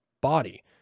body